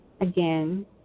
again